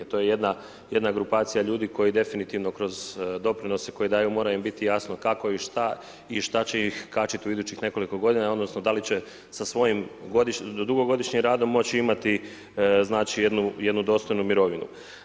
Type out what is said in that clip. To je jedna grupacija ljudi koji definitivno kroz doprinose koji daju mora im biti jasno kako i šta i šta će ih kačit u idućih nekoliko godina, odnosno da li će sa svojim dugogodišnjim radom moći imati jednu dostojnu mirovinu.